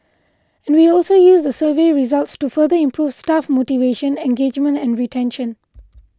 and we also use the survey results to further improve staff motivation engagement and retention